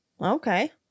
Okay